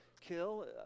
kill